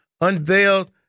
unveiled